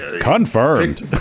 confirmed